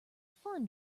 fun